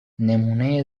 نمونه